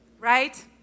Right